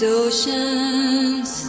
oceans